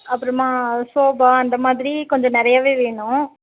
அப்புறம்மா sofa அந்த மாதிரி கொஞ்சம் நிறையவே வேணும்